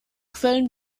quellen